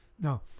No